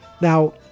Now